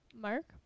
Mark